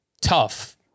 tough